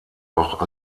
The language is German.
auch